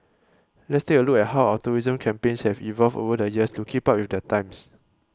let's take a look at how our tourism campaigns have evolved over the years to keep up with the times